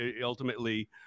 ultimately